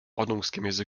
ordnungsgemäße